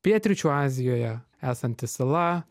pietryčių azijoje esanti sala